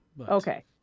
Okay